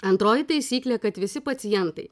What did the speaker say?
antroji taisyklė kad visi pacientai